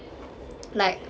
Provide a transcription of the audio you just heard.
like